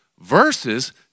versus